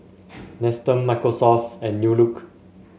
Nestum Microsoft and New Look